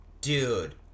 Dude